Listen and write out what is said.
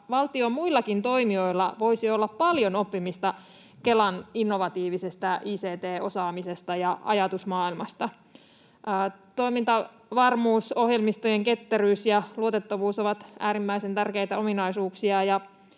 Valtion muillakin toimijoilla voisi olla paljon oppimista Kelan innovatiivisesta ict-osaamisesta ja ajatusmaailmasta. Toimintavarmuus, ohjelmistojen ketteryys ja luotettavuus ovat äärimmäisen tärkeitä ominaisuuksia.